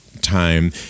time